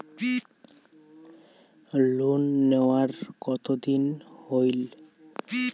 Loan নেওয়ার কতদিন হইল?